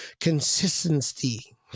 Consistency